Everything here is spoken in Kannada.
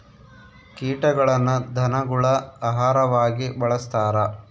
ಕೀಟಗಳನ್ನ ಧನಗುಳ ಆಹಾರವಾಗಿ ಬಳಸ್ತಾರ